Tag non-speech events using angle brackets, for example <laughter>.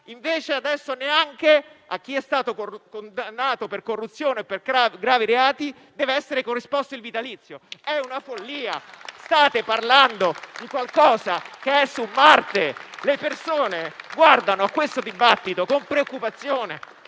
prevede adesso che anche a chi sia stato condannato per corruzione o per gravi reati debba essere corrisposto il vitalizio. È una follia! <applause> State parlando di qualcosa che è su Marte. Le persone guardano a questo dibattito con preoccupazione.